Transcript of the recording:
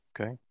Okay